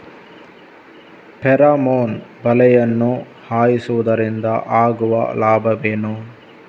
Pheromone ಬಲೆಯನ್ನು ಹಾಯಿಸುವುದರಿಂದ ಆಗುವ ಲಾಭವೇನು?